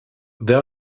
they